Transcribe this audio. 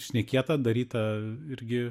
šnekėta daryta irgi